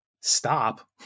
stop